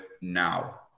now